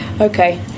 okay